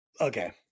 Okay